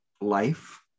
life